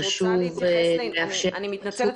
אני מתנצלת,